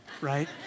right